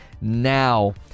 now